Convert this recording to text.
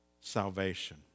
salvation